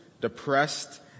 depressed